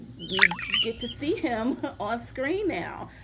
we get to see him on screen now.